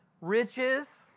riches